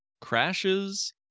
crashes